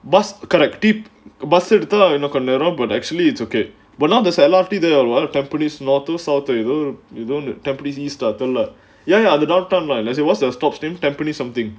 bus bus எடுத்தா இன்னும் கொஞ்ச நேரம்:edutha innum konja neram but actually it's okay but now the I loved there are a lot of tampines north too salty know you don't the tampines east started lah ya ya the downtown by unless it what's stopped in tampines something